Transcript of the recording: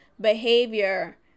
behavior